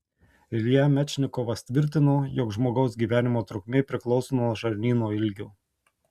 ilja mečnikovas tvirtino jog žmogaus gyvenimo trukmė priklauso nuo žarnyno ilgio